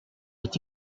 est